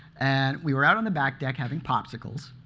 and we were out on the back deck having popsicles.